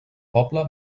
poble